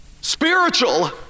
spiritual